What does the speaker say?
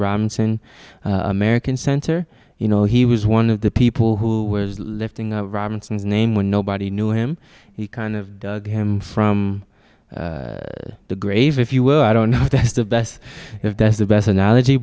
robinson american center you know he was one of the people who was lifting robinson's name when nobody knew him he kind of dug him from the grave if you were i don't know if that's the best if that's the best analogy